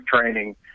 training